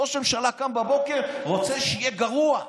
ראש הממשלה קם בבוקר, רוצה שיהיה גרוע.